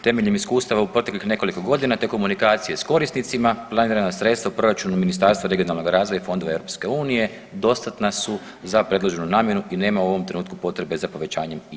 Temeljem iskustva iz proteklih godina te komunikacije s korisnicima, planirana sredstva u proračunu Ministarstva regionalnog razvoja i fondova EU dostatna su za predloženu namjenu i nema u ovom trenutku potrebe za povećanjem istih.